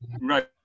Right